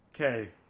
Okay